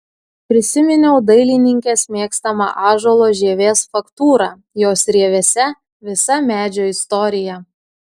prisiminiau dailininkės mėgstamą ąžuolo žievės faktūrą jos rievėse visa medžio istorija